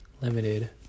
limited